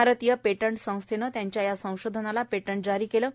भारतीय पेटंट संस्थेनं त्यांच्या या संशोधनाला पेटंट जाहीर केलं आहे